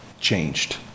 changed